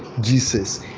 jesus